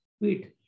Wait